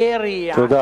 והירי, תודה.